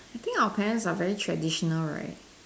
I think our parents are very traditional right